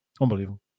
Unbelievable